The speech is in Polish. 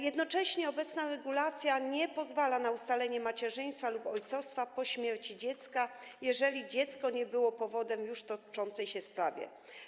Jednocześnie obecna regulacja nie pozwala na ustalenie macierzyństwa lub ojcostwa po śmierci dziecka, jeżeli dziecko nie było powodem w już toczącej się sprawie.